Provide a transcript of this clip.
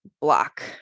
block